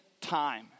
time